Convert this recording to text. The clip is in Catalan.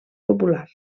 popular